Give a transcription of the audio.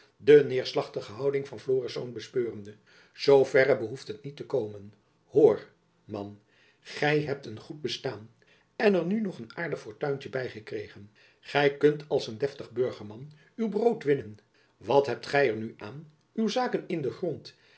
de neêrslachtige houding van florisz bespeurende zooverre behoeft het niet te komen hoor man gy hebt een goed bestaan en er nu nog een aardig fortuintjen by gekregen gy kunt als een deftig burgerman uw brood winnen wat hebt gy er nu aan uw zaken in den grond